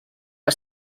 que